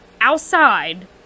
outside